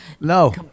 No